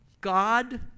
God